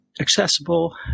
accessible